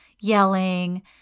yelling